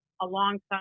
alongside